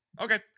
Okay